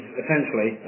essentially